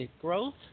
growth